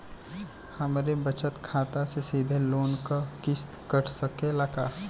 हमरे बचत खाते से सीधे लोन क किस्त कट सकेला का?